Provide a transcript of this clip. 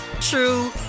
true